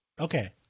Okay